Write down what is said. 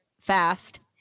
fast